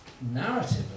narrative